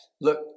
Look